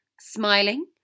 Smiling